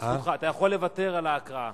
אתה יכול לוותר על ההקראה.